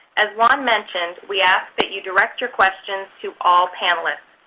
as juan mentioned, we ask that you direct your questions to all panelists.